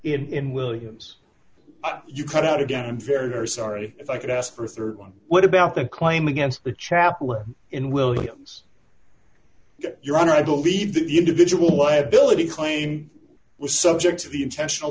that in williams you cut out again i'm very sorry if i could ask for a rd one what about the claim against the chaplain in williams your honor i believe that the individual liability claim was subject to the intentional